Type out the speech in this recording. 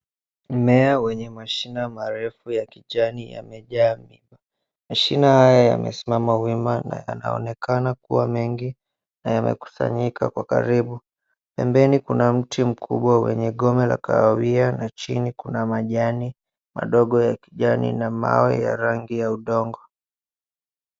Mmea wenye mashina marefu ya kijani yamejaa miba. Mashina haya yamesimama wima na yanaonekana kuwa mengi na yamekusanyika kwa karibu. Pembeni kuna mti mkubwa wenye gome la kahawia na chini majani madogo ya kijani na mawe ya rangi ya udongo.